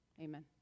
amen